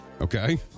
Okay